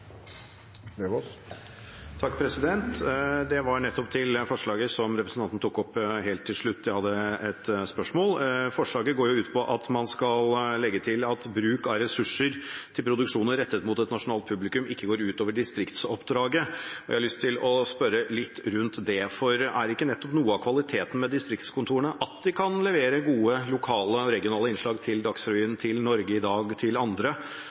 tok opp helt til slutt, at jeg hadde et spørsmål. Forslaget går ut på at man skal legge til at bruk av ressurser til produksjoner rettet mot et nasjonalt publikum ikke går ut over distriktsoppdraget. Jeg har lyst til å spørre litt rundt det, for er ikke nettopp noe av kvaliteten med distriktskontorene at de kan levere gode lokale og regionale innslag til Dagsrevyen, til Norge i dag og til andre